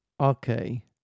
Okay